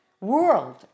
World